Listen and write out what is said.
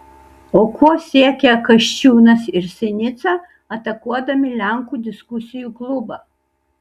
o kuo siekia kasčiūnas ir sinica atakuodami lenkų diskusijų klubą